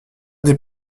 des